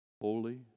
Holy